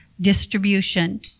distribution